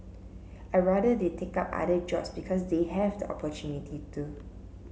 I'd rather they take up other jobs because they have the opportunity to